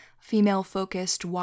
female-focused